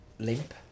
limp